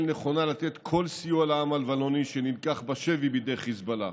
נכונה לתת כל סיוע לעם הלבנוני שנלקח בשבי בידי חיזבאללה,